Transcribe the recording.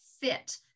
fit